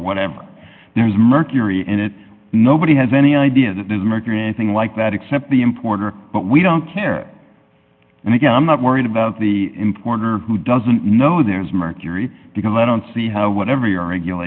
whatever there's mercury in it nobody has any idea that there's mercury anything like that except the importer but we don't care and again i'm not worried about the importer who doesn't know there's mercury because i don't see how whatever your regula